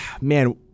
man